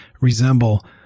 resemble